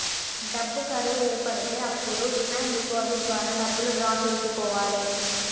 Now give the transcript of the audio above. డబ్బు కరువు ఏర్పడితే అప్పుడు డిమాండ్ డిపాజిట్ ద్వారా డబ్బులు డ్రా చేసుకోవాలె